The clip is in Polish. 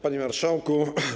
Panie Marszałku!